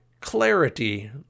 Clarity